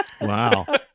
Wow